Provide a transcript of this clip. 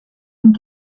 une